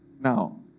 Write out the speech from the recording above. Now